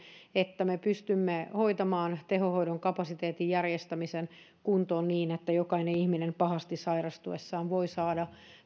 siitä että me pystymme hoitamaan tehohoidon kapasiteetin järjestämisen kuntoon niin että jokainen ihminen pahasti sairastuessaan voi saada